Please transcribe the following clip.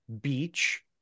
beach